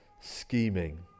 scheming